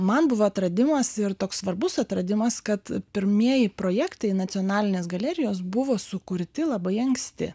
man buvo atradimas ir toks svarbus atradimas kad pirmieji projektai nacionalinės galerijos buvo sukurti labai anksti